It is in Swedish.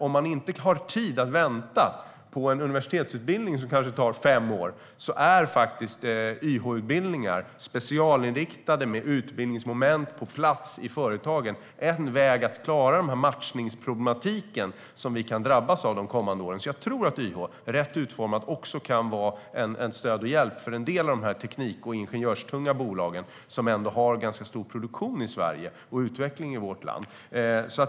Om man inte har tid att vänta på en universitetsutbildning som kanske tar fem år är YH-utbildningar som är specialinriktade med utbildningsmoment på plats i företagen en väg att klara matchningsproblematiken som vi kan drabbas av de kommande åren. Jag tror att YH, rätt utformad, kan vara ett stöd och en hjälp för en del av de teknik och ingenjörstunga bolagen som ändå har en ganska stor produktion i Sverige och för utvecklingen i vårt land.